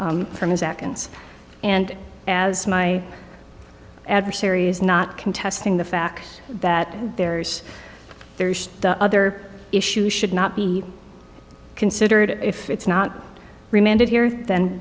as for his actions and as my adversary's not contesting the fact that there's there's the other issue should not be considered if it's not reminded here th